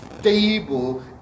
stable